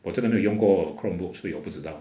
我真的没有用过 chromebook 所以我不知道